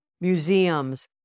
museums